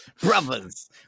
Brothers